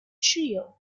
trio